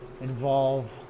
involve